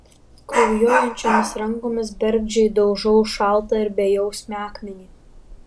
kraujuojančiomis rankomis bergždžiai daužau šaltą ir bejausmį akmenį